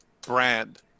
brand